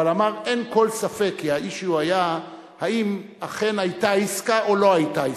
אבל אמר אין כל ספק כי ה-issue היה האם אכן היתה עסקה או לא היתה עסקה.